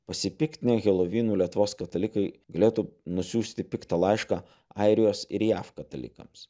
pasipiktinę helovynu lietuvos katalikai galėtų nusiųsti piktą laišką airijos ir jav katalikams